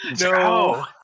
No